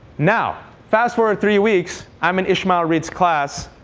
now, fast forward three weeks, i'm in ishmael reid's class.